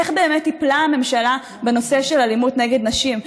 איך באמת טיפלה הממשלה בנושא של אלימות נגד נשים.